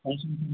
function